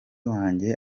wanjye